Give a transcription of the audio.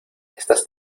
estás